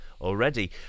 already